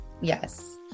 Yes